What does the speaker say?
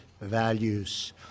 values